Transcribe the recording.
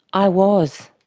i was.